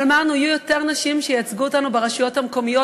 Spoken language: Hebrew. אבל אמרנו: יהיו יותר נשים שייצגו אותנו ברשויות המקומיות,